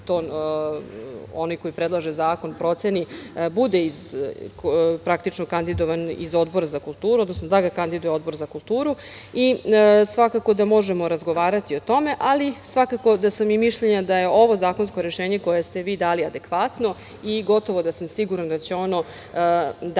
onaj koji predlaže zakon proceni, bude kandidovan iz Odbora za kulturu, odnosno da ga kandiduje Odbor za kulturu. Svakako da možemo razgovarati o tome, ali svakako da sam i mišljenja da je ovo zakonsko rešenje koje ste vi dali adekvatno i gotovo da sam sigurna da će ono dati